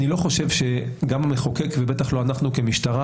אני לא חושב שגם המחוקק ובטח לא אנחנו כמשטרה